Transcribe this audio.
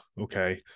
okay